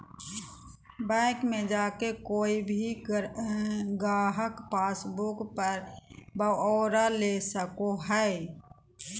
bank मे जाके कोय भी गाहक पासबुक पर ब्यौरा ले सको हय